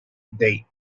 date